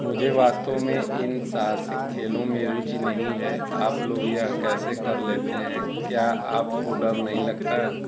मुझे वास्तव में इन साहसिक खेलों में रुचि नहीं है आप लोग यह कैसे कर लेते हैं क्या आपको डर नहीं लगता